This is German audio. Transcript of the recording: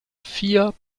vier